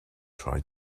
try